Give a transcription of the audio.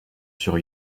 sur